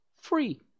free